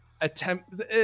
Attempt